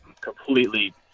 completely